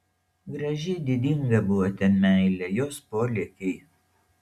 graži didinga buvo ten meilė jos polėkiai